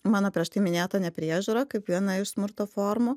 mano prieš tai minėta nepriežiūra kaip viena iš smurto formų